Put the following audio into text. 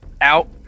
Out